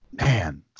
man